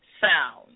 sound